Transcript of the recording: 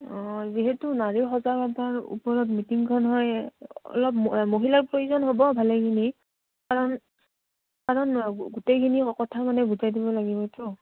অঁ যিহেতু নাৰীও সজাগতাৰ ওপৰত মিটিংখন হয় অলপ মহিলাৰ প্ৰয়োজন হ'ব ভালেখিনি কাৰণ কাৰণ গোটেইখিনি কথা মানে দিব লাগিবতো